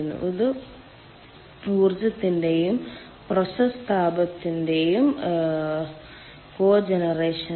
ഇത് ഊർജ്ജത്തിന്റെയും പ്രോസസ്സ് താപത്തിന്റെയും കോജനറേഷൻ ആണ്